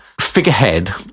figurehead